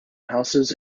houses